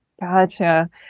Gotcha